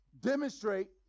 demonstrate